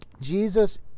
Jesus